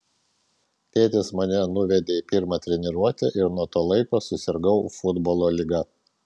tėtis mane nuvedė į pirmą treniruotę ir nuo to laiko susirgau futbolo liga